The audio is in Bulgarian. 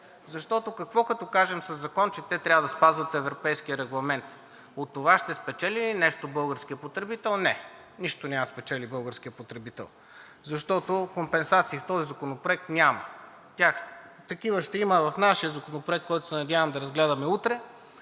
защото какво като кажем със закон, че те трябва да спазват Европейския регламент? От това ще спечели ли нещо българският потребител? Не. Нищо няма да спечели, защото компенсации в този законопроект няма. Такива ще има в нашия законопроект, който се надявам да разгледаме утре,